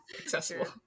Accessible